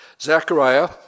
Zechariah